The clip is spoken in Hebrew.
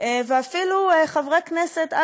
ואפילו חברי כנסת,